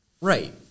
Right